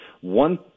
one